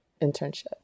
internship